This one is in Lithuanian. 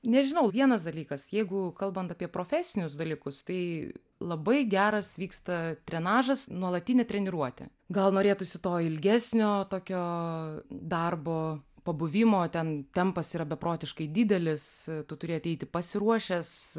nežinau vienas dalykas jeigu kalbant apie profesinius dalykus tai labai geras vyksta trenažas nuolatinė treniruotė gal norėtųsi to ilgesnio tokio darbo pabuvimo ten tempas yra beprotiškai didelis tu turi ateiti pasiruošęs